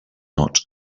out